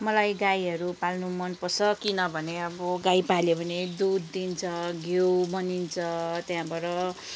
मलाई गाईहरू पाल्नु मनपर्छ किनभने अब गाई पाल्यो भने दुध दिन्छ घिउ बनिन्छ त्यहाँबाट